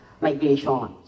migration